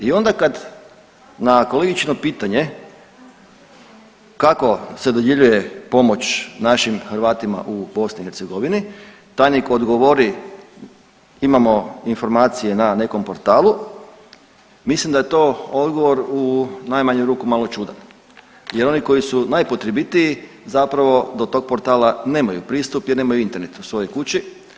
I ona kad na kolegičino pitanje kako se dodjeljuje pomoć našim Hrvatima u BiH tajnik odgovori imamo informacije na nekom portalu mislim da je to odgovor u najmanju ruku malo čudan jer oni koji su najpotrebitiji zapravo do tog portala nemaju pristup jer nemaju Internet u svojoj kući.